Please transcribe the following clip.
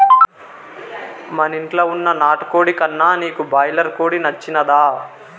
మనింట్ల వున్న నాటుకోడి కన్నా నీకు బాయిలర్ కోడి నచ్చినాదా